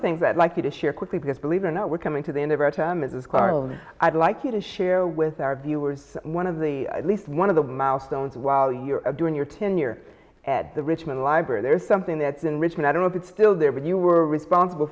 things that like you to share quickly because believe it or not we're coming to the end of our time as karl rove i'd like you to share with our viewers one of the at least one of the milestones while your during your tenure at the richmond library there's something that's been written i don't know if it's still there but you were responsible